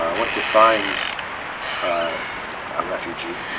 what defines a refugee?